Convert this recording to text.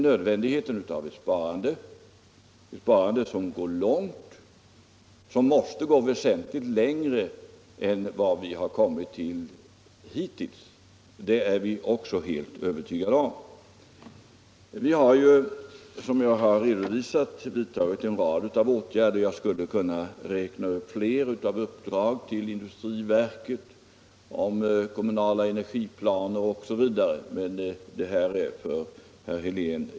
Nödvändigheten av ett sparande som går långt, som måste gå väsentligt längre än hittills, är vi också helt övertygade om. Vi har, som jag redovisade, vidtagit en rad åtgärder. Jag skulle kunna räkna upp fler — uppdrag till industriverket, kommunala energiplaner osv. —- men detta är känt för herr Helén.